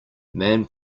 man